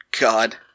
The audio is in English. God